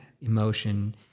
emotion